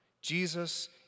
Jesus